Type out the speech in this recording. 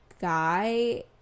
guy